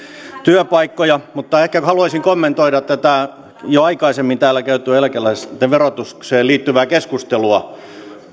työpaikkoja mutta ehkä haluaisin kommentoida tätä jo aikaisemmin täällä käytyä eläkeläisten verotukseen liittyvää keskustelua